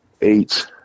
Eight